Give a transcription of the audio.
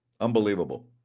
unbelievable